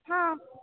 हँ